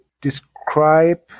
describe